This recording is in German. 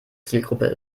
zielgruppe